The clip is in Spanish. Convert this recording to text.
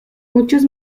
muchos